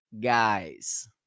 guys